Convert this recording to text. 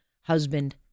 husband